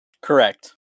Correct